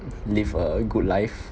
live a good life